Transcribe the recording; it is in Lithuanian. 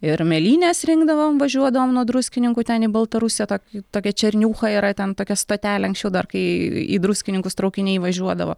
ir mėlynes rinkdavom važiuodavom nuo druskininkų ten į baltarusiją tokie tokia černiūcha yra ten tokia stotelė anksčiau dar kai į druskininkus traukiniai važiuodavo